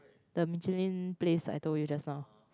the Michelin place I told you just now